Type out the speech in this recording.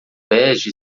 bege